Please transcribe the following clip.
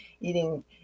eating